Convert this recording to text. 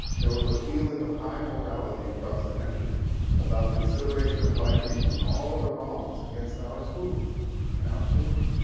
there was a feeling of high morality across the country about consideration of black people and all the wrongs against our schools and our children.